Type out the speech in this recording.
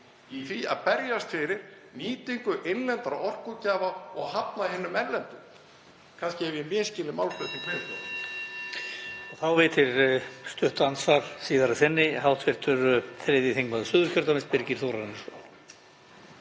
í því að berjast fyrir nýtingu innlendra orkugjafa og hafna hinum erlendu. Kannski hef ég misskilið málflutning